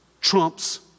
trumps